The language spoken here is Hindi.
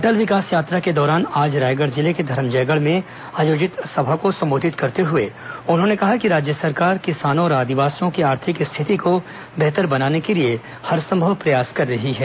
अटल विकास यात्रा के दौरान आज रायगढ़ जिले के धरमजयगढ़ में आयोजित सभा को संबोधित करते हुए उन्होंने कहा कि राज्य सरकार किसानों और आदिवासियों की आर्थिक स्थिति को बेहतर बनाने के लिए हरसंभव प्रयास कर रही है